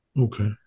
Okay